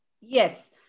Yes